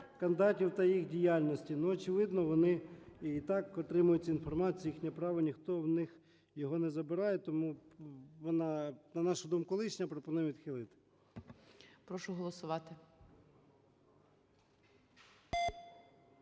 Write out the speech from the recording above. кандидатів та їх діяльності, ну, очевидно, вони і так отримують інформацію – їхнє право, ніхто в них його не забирає. Тому вона, на нашу думку, лишня, пропоную відхилити. ГОЛОВУЮЧИЙ. Прошу голосувати.